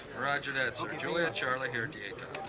roger that, sir. juliet charlie here and yeah